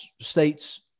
State's